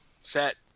set